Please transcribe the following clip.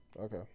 Okay